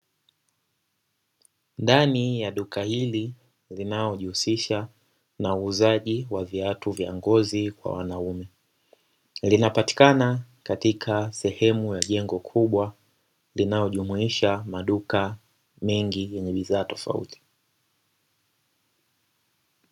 Ndani ya duka hili linaojihusisha na uuzaji wa viatu vya ngozi kwa wanaume, linapatikana katika sehemu ya jengo kubwa linaojumuisha maduka mengi yenye bidhaa tofauti.